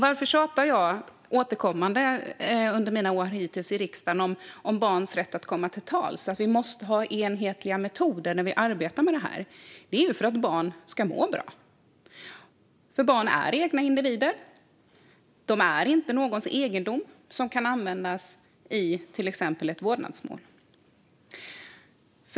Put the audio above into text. Varför har jag återkommande under mina år i riksdagen tjatat om barns rätt att komma till tals och att det måste finnas enhetliga metoder i arbetet? Det är för att barn ska må bra. Barn är egna individer och de är inte någons egendom som kan användas i till exempel ett vårdnadsmål.